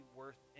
worth